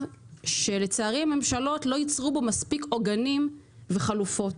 שלצערי הממשלות לא יצרו בו מספיק עוגנים וחלופות,